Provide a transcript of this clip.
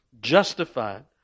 justified